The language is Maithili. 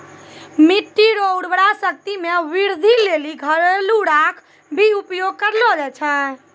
मिट्टी रो उर्वरा शक्ति मे वृद्धि लेली घरेलू राख भी उपयोग करलो जाय छै